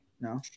No